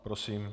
Prosím.